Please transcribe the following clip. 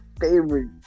favorite